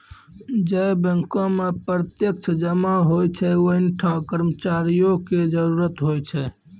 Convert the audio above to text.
जै बैंको मे प्रत्यक्ष जमा होय छै वैंठा कर्मचारियो के जरुरत होय छै